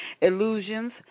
Illusions